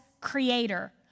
creator